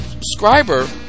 subscriber